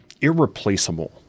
irreplaceable